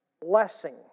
blessing